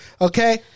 okay